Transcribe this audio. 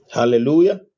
Hallelujah